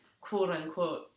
quote-unquote